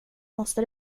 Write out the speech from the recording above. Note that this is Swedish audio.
måste